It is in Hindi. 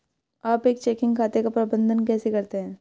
आप एक चेकिंग खाते का प्रबंधन कैसे करते हैं?